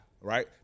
Right